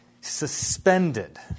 suspended